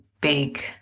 big